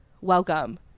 Welcome